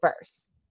first